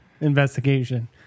Investigation